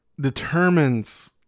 determines